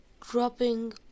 dropping